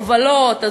הובלות,